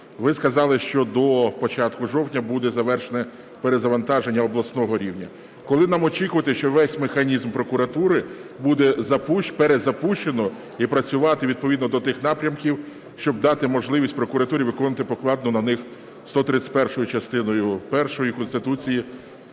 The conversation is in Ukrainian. ви сказали, що до початку жовтня буде завершене перезавантаження обласного рівня. Коли нам очікувати, що весь механізм прокуратури буде перезапущено і працювати відповідно до тих напрямків, щоб дати можливість прокуратурі виконувати покладену на них 131-ю, частиною першою Конституції